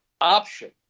option